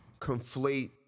conflate